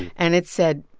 and it said,